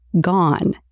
gone